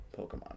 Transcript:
Pokemon